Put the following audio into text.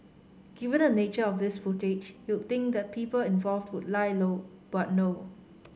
given the nature of this footage you'd think the people involved would lie low but no